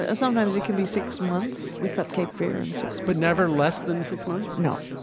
ah sometimes it can be six months. we cut cape fear in six, but never less than six months. no.